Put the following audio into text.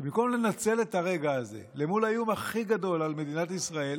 שבמקום לנצל את הרגע הזה מול האיום הכי גדול על מדינת ישראל,